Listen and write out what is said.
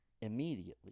Immediately